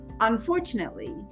Unfortunately